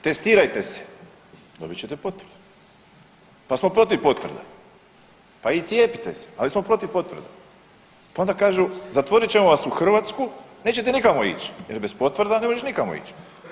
Testirajte se dobit ćete potvrdu, pa smo protiv potvrda, pa i cijepite se ali smo protiv potvrda, pa onda kažu zatvorit ćemo vas u Hrvatsku nećete nikamo ić jer bez potvrda ne možeš nikamo ić.